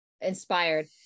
inspired